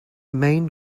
main